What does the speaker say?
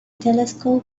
telescope